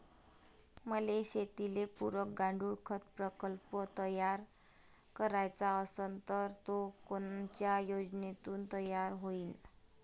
मले शेतीले पुरक गांडूळखत प्रकल्प तयार करायचा असन तर तो कोनच्या योजनेतून तयार होईन?